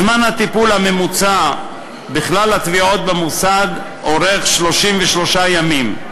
זמן הטיפול הממוצע בכלל התביעות במוסד אורך 33 ימים,